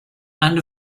and